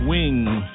Wings